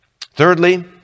Thirdly